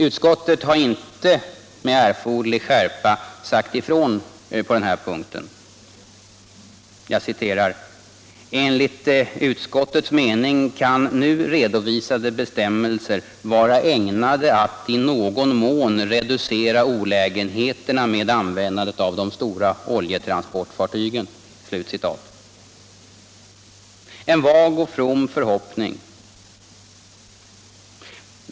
Utskottet har inte med erforderlig skärpa sagt ifrån på den här punkten. Jag citerar: ”Enligt utskottets mening kan nu redovisade bestämmelser vara ägnade att i någon mån reducera olägenheterna med användandet av de stora oljetransportfartygen.” En vag och from förhoppning!